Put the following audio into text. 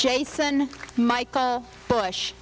jason michael bush